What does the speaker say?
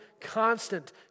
constant